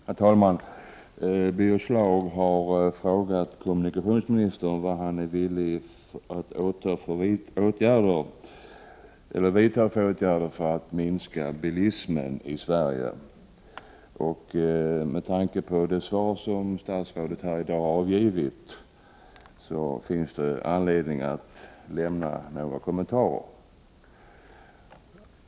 Herr talman! Birger Schlaug har frågat kommunikationsministern vilka åtgärder han är beredd att vidta för att minska bilismen i Sverige. Med tanke på det svar som statsrådet har lämnat i dag finns det anledning att göra några kommentarer.